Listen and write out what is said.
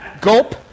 gulp